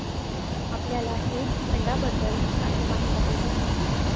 आपल्याला हेज फंडांबद्दल काही माहित आहे का?